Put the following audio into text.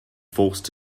forced